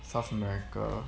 south america